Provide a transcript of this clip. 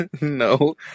No